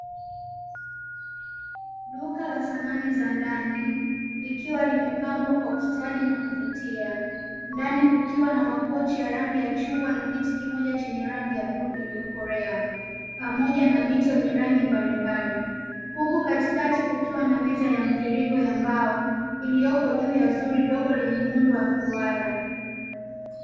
Duka la samani za ndani likiwa limepambwa kwa ustadi na kuvutia. Ndani kukiwa na makochi ya rangi ya chungwa na kiti kimoja chenye rangi ya bluu iliyoko Lea, pamoja na mito yenye rangi mbalimbali, huku katikati kukiwa na meza ya mviringo ya mbao iliyoko juu ya zuri dogo lenye muundo wa mduara.